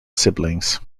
siblings